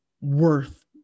worth